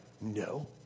No